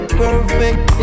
perfect